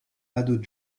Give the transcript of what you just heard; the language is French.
ados